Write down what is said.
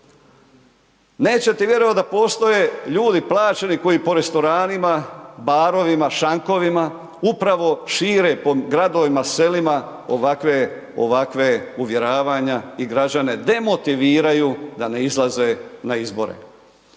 Nećete vjerovati, da postoje, ljudi plaćeni, koji po restoranima, barovima, šankovima, upravo šire po gradivima, selima ovakve uvjeravanje i građane demotiviraju da ne izlaze na izbore.